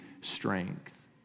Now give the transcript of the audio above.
strength